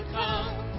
come